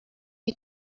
you